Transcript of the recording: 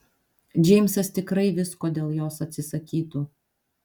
džeimsas tikrai visko dėl jos atsisakytų